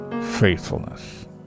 faithfulness